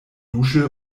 dusche